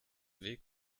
weg